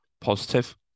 positive